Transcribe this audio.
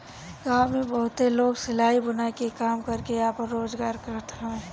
गांव में बहुते लोग सिलाई, बुनाई के काम करके आपन रोजगार करत हवे